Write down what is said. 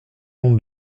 nom